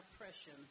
oppression